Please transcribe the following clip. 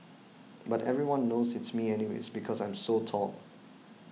but everyone knows it's me anyways because I'm so tall